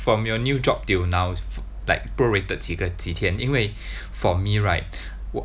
from your new job till now like prorated 几个几天因为 for me right 我